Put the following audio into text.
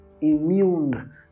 immune